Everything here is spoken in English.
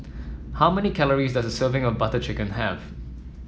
how many calories does a serving of Butter Chicken have